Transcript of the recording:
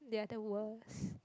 they are the worst